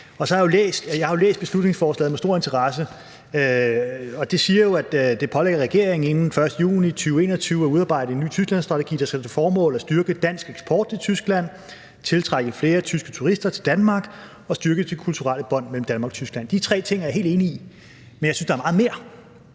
Jeg har jo læst beslutningsforslaget med stor interesse, og man pålægger regeringen inden den 1. juni 2021 at udarbejde en ny Tysklandsstrategi, der skal have til formål at styrke dansk eksport til Tyskland, at tiltrække flere tyske turister til Danmark og at styrke de kulturelle bånd mellem Danmark og Tyskland. De tre ting er jeg helt enig i, men jeg synes, der er meget mere.